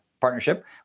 Partnership